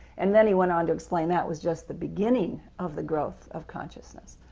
and then he went on to explain that was just the beginning of the growth of consciousness.